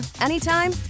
anytime